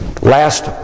Last